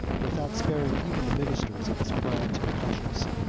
without sparing even the ministers of his crimes or pleasures.